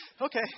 Okay